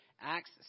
Acts